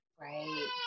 Right